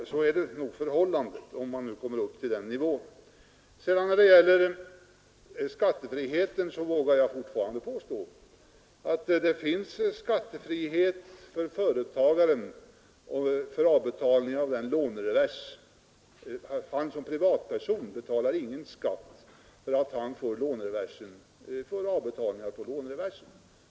Så är nog förhållandet, om man nu kommer upp till den nivån. När det gäller skattefrihet vågar jag fortfarande påstå att det finns en sådan för företagaren för avbetalning på lånereversen. Som privatperson betalar han ju ingen skatt för att han får avbetalningar på lånereversen.